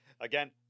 Again